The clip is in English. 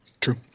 True